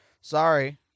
Sorry